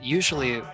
usually